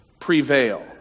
prevail